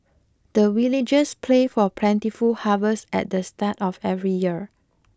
the villagers pray for plentiful harvest at the start of every year